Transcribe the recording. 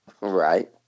Right